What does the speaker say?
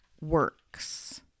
works